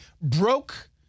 broke